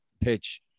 pitch